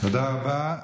תודה רבה.